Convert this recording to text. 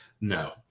No